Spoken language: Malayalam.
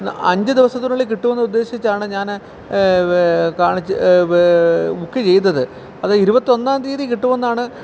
അഞ്ച് ദിവസത്തിനുള്ളിൽ കിട്ടുമെന്ന് ഉദ്ദേശിച്ചാണ് ഞാൻ കാണിച്ചു ബുക്ക് ചെയ്തത് അത് ഇരുപത്തി ഒന്നാം തീയ്യതി കിട്ടുമെന്നാണ്